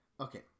Okay